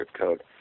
code